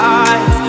eyes